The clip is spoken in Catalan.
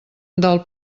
del